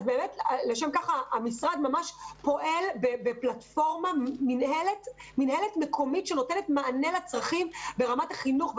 לשם כך המשרד פועל במינהלת מקומית שנותנת מענה לצרכים ברמת החינוך,